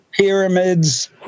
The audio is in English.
pyramids